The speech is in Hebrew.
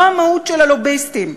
זו המהות של הלוביסטים.